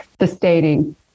sustaining